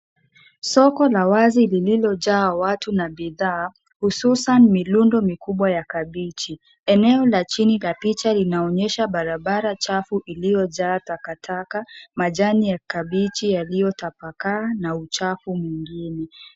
Soko la wazi lililojaa watu na bidhaa hususan mirundo mikubwa ya kabichi, eneno la chini la picha inaonyesha barabara chafu iliyojaa takataka, majani ya kabichi iliyotapakaa na uchafu mwingine.